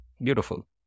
Beautiful